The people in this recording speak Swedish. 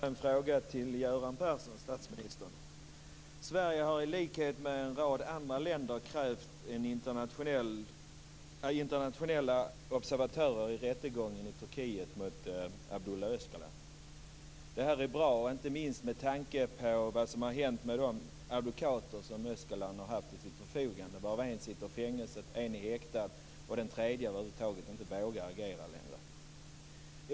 Fru talman! Jag skulle vilja ställa en fråga till statsminister Göran Persson. Sverige har, i likhet med en rad andra länder, krävt internationella observatörer vid rättegången i Turkiet mot Abdullah Öcalan. Detta är bra, inte minst med tanke på vad som har hänt med de advokater som Öcalan har haft till sitt förfogande, varav den ena sitter i fängelse, den andra är häktad och den tredje vågar över huvud taget inte agera längre.